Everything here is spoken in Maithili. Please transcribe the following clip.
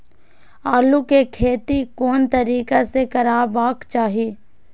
आलु के खेती कोन तरीका से करबाक चाही?